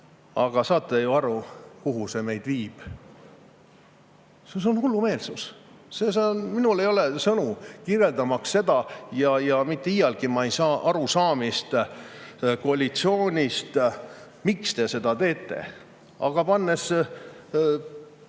saate ju aru, kuhu see meid viib. See on hullumeelsus! Minul ei ole sõnu, kirjeldamaks seda. Ja mitte iialgi ma ei saa aru, miks koalitsioon seda teeb. Aga pannes